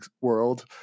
world